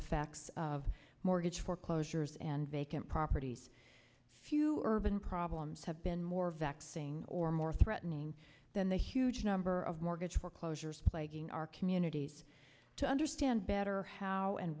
effects of mortgage foreclosures and vacant properties few urban problems have been more vexing or more threatening than the huge number of mortgage foreclosures plaguing our communities to understand better how and